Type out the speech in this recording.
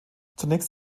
zunächst